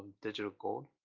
digital gold,